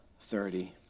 thirty